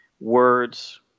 Words